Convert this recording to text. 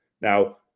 Now